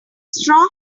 strong